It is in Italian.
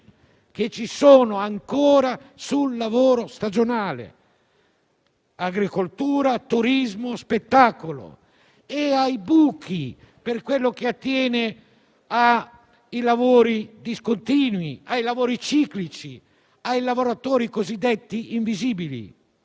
che ci sono ancora sul lavoro stagionale (agricoltura, turismo, spettacolo) e per quello che attiene i lavori discontinui, i lavori ciclici, i lavoratori cosiddetti invisibili.